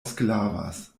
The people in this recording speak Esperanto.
sklavas